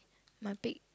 my pig